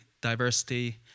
diversity